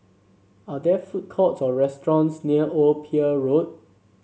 are there food courts or restaurants near Old Pier Road